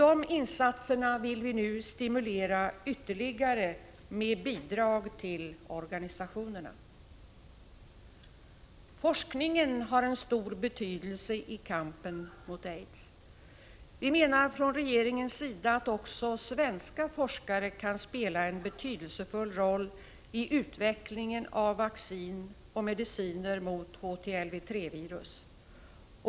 Dessa insatser vill vi nu stimulera ytterligare med bidrag till Forskningen har en stor betydelse i kampen mot aids. Vi menar från regeringens sida att också svenska forskare kan spela en betydelsefull roll i utvecklingen av vaccin och mediciner mot HTLV-III-virus.